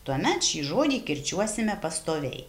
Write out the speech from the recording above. tuomet šį žodį kirčiuosime pastoviai